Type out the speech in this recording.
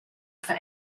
for